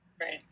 right